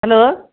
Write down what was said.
hello